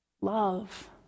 love